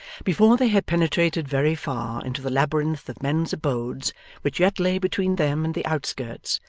before they had penetrated very far into the labyrinth of men's abodes which yet lay between them and the outskirts,